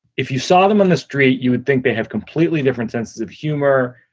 if you saw them on the street, you would think they have completely different senses of humor.